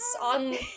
on